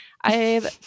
I've-